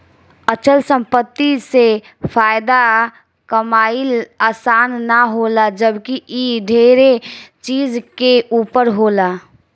अचल संपत्ति से फायदा कमाइल आसान ना होला जबकि इ ढेरे चीज के ऊपर होला